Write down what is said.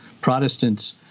Protestants